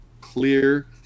clear